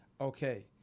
okay